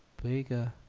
bigger